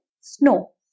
snow